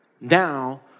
now